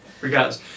Regardless